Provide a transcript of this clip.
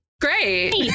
great